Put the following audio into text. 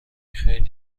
خیلی